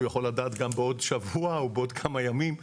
הוא יכול לדעת בעוד שבוע או בעוד כמה ימים.